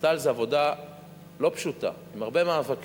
נעשתה על זה עבודה לא פשוטה, עם הרבה מאבקים.